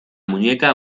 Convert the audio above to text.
muñeca